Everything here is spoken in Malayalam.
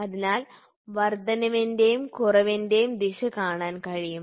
അതിനാൽ വർദ്ധനവിന്റെയും കുറവിന്റെയും ദിശ കാണാൻ കഴിയും